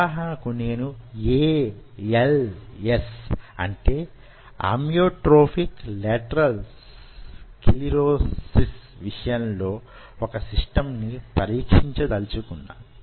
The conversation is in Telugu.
ఉదాహరణకు నేను ALS అంటే అమ్యోట్రోఫిక్ లేటరల్ స్కెలిరోసిస్ విషయంలో వొక సిస్టమ్ ని పరీక్షించదలచుకున్నాను